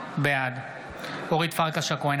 בעד אורית פרקש הכהן,